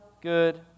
good